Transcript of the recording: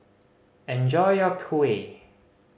enjoy your kuih